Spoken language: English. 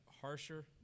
harsher